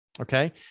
Okay